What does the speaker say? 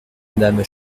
madame